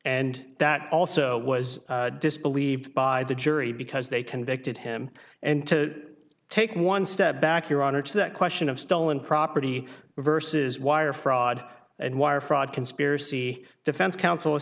and that also was disbelieved by the jury because they convicted him and to take one step back your honor to that question of stolen property versus wire fraud and wire fraud conspiracy defense counsel a